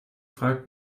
fragt